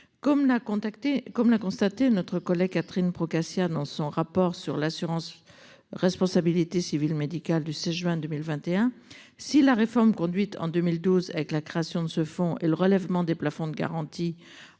Comme l'a constaté notre collègue Catherine Procaccia dans son rapport sur l'assurance. Responsabilité civile médicale de ces juin 2021 si la réforme conduite en 2012 avec la création de ce fonds et le relèvement des plafonds de garantie